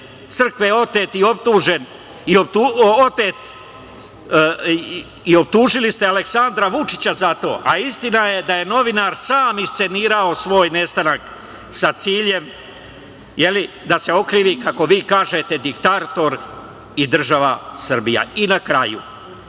Crkve otet i optužili ste Aleksandra Vučića za to, a istina je da je novinar sam iscenirao svoj nestanak sa ciljem da se okrivi, kako vi kažete, diktator i država Srbija. Na kraju,